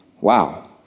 Wow